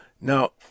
Now